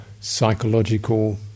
psychological